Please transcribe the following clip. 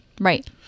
Right